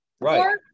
right